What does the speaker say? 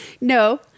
No